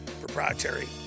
proprietary